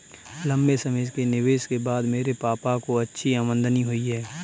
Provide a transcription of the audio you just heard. लंबे समय के निवेश के बाद मेरे पापा को अच्छी आमदनी हुई है